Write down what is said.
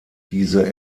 diese